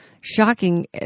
shocking